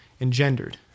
engendered